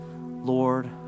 Lord